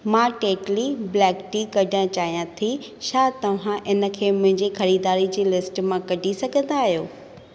मां टेकली black tea कढणु चाहियां थी छा तव्हां हिनखे मुंहिंजी ख़रीदारी जी लिस्ट मां कढी सघंदा आहियो